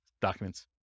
documents